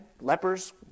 lepers